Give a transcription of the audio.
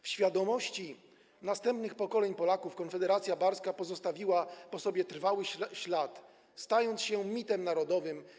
W świadomości następnych pokoleń Polaków konfederacja barska pozostawiła po sobie trwały ślad, stając się mitem narodowym.